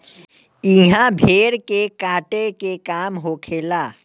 इहा भेड़ के काटे के काम होखेला